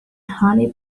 honey